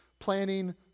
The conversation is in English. planning